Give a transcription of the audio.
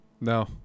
No